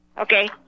Okay